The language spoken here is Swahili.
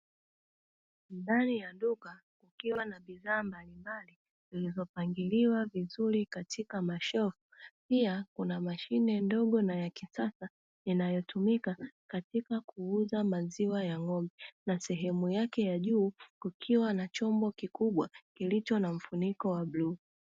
Ndani ya duka kukiwa na bidhaa mbalimbali zilizopangiliwa vizuri katika mashelfu, pia kuna mashine ndogo na ya kisasa, inayotumika kuuza maziwa ya ng'ombe na sehemu yake ya juu kukiwa na chombo kikubwa kilicho na mfuniko wa bluu.